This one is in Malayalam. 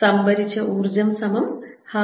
സംഭരിച്ച ഊർജ്ജം12LI2 ϕLI W12I